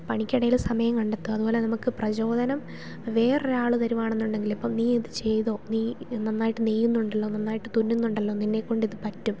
പണിക്ക് ഇടയിൽ സമയം കണ്ടെത്തുക അതുപോലെ നമുക്ക് പ്രചോദനം വേറെ ഒരാൾ തരികയാണെന്നുണ്ടെങ്കിൽ ഇപ്പം നീ ഇത് ചെയ്തോ നീ നന്നായിട്ട് നെയ്യുന്നുണ്ടല്ലോ നന്നായിട്ട് തുന്നുന്നുണ്ടല്ലോ നിന്നെ കൊണ്ട് ഇത് പറ്റും